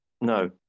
No